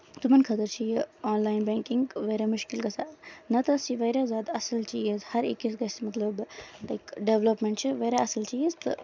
تِمن خٲطرٕ چھِ یہِ آن لاین بینکِنگ واریاہ مُشکِل گژھان نہ تہٕ ٲسۍ یہِ واریاہ زیادٕ اَصٕل چیٖز ہر أکِس گژھِ مطلب لایِک ڈیولپَمینٹ چھِ واریاہ اَصٕل چیٖز